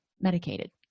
medicated